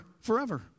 forever